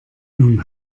nun